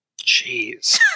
Jeez